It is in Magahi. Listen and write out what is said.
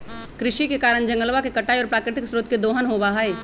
कृषि के कारण जंगलवा के कटाई और प्राकृतिक स्रोत के दोहन होबा हई